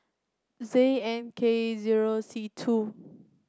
Z N K zero C two